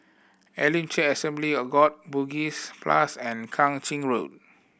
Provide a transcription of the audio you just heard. Elim Church Assembly of God Bugis Plus and Kang Ching Road